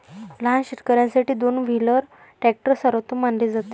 लहान शेतकर्यांसाठी दोन व्हीलर ट्रॅक्टर सर्वोत्तम मानले जाते